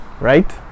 right